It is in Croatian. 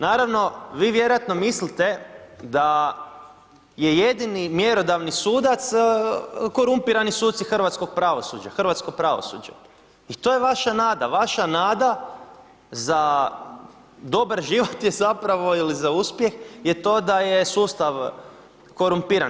Naravno, vi vjerojatno mislite da je jedini mjerodavni sudac korumpirani suci hrvatskog pravosuđa, hrvatsko pravosuđe i to je vaša nada, vaša nada za dobar život je zapravo ili za uspjeh je to da je sustav korumpiran.